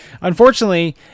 unfortunately